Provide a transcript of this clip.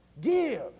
Give